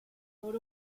coat